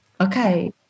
okay